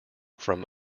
from